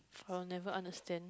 I will never understand